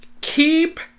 keep